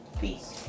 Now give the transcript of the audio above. Peace